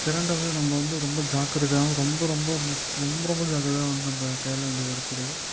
கரண்ட வந்து நம்ப வந்து ரொம்ப ஜாக்கிரதையாகவும் ரொம்ப ரொம்ப முக் ரொம்ப ரொம்ப ஜாக்கிரதையாகவும் வந்து நம்ப கையாள வேண்டியது இருக்கிறது